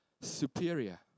superior